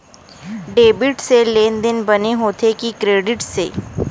Debit से लेनदेन बने होथे कि क्रेडिट से?